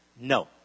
No